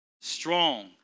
strong